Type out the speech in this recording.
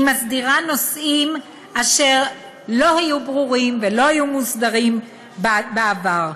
היא מסדירה נושאים אשר לא היו ברורים ולא היו מוסדרים בעבר.